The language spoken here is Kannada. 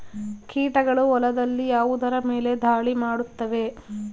ಕೀಟಗಳು ಹೊಲದಲ್ಲಿ ಯಾವುದರ ಮೇಲೆ ಧಾಳಿ ಮಾಡುತ್ತವೆ?